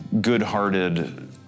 good-hearted